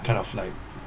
kind of like